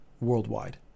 worldwide